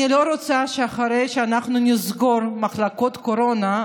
אני לא רוצה שאחרי שאנחנו נסגור מחלקות קורונה,